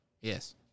Yes